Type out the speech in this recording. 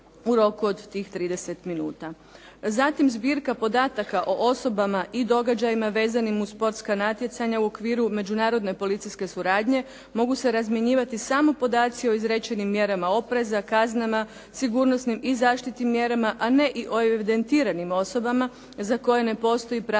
u roku od tih 30 minuta. Zatim zbirka podataka o osobama i događajima vezanim uz sportska natjecanja u okviru međunarodne policijske suradnje mogu se razmjenjivati samo podaci o izrečenim mjerama opreza, kaznama, sigurnosnim i zaštitnim mjerama, a ne i o evidentiranim osobama za koje ne postoji pravomoćna